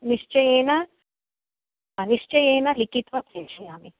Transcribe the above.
निश्चयेन निश्चयेन लिखित्वा प्रेषयामि